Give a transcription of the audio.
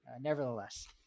nevertheless